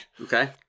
Okay